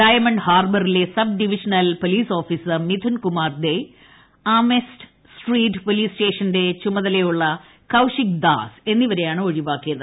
diamond ഹാർബറിലെ sub divisional police officer Mithun Kumar Dey Amherst street police സ്റ്റേഷന്റെ ചുമതലയുള്ള കൌശിക് ദാസ് എന്നിവരെയാണ് ഒഴിവാക്കിയത്